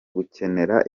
gukenera